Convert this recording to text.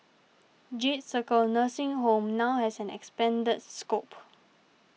Jade Circle nursing home now has an expanded scope